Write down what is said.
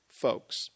folks